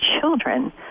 children